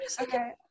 Okay